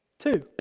Two